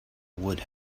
would